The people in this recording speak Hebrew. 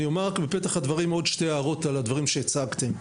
אני אומר לפני כן הערות על הדברים שהצגתן.